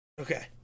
Okay